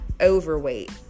overweight